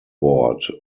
board